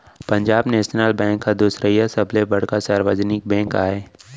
Punjab national bank ह दुसरइया सबले बड़का सार्वजनिक बेंक आय